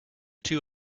two